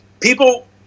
People